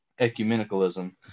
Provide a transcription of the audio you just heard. ecumenicalism